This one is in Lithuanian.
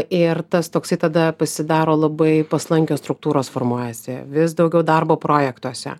ir tas toksai tada pasidaro labai paslankios struktūros formuojasi vis daugiau darbo projektuose